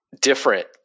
different